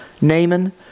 Naaman